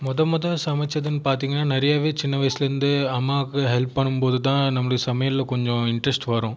முத முத சமைச்சதுன்னு பார்த்தீங்கன்னா நிறையவே சின்ன வயசுலேருந்தே அம்மாவுக்கு ஹெல்ப் பண்ணும் போது தான் நம்மளு சமையலில் கொஞ்சம் இன்ட்ரெஸ்ட் வரும்